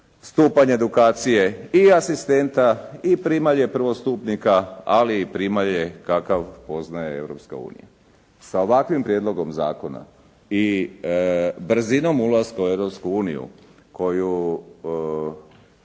stupanj edukacije i asistenta, primalje prvostupnika, ali i primalje kakav poznaje Europska unija. Sa ovakvim prijedlogom zakona i brzinom ulaska u Europsku